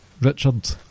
Richard